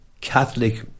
Catholic